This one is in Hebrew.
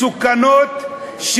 מסוכנות,